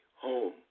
home